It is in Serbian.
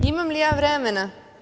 Imam li ja vremena?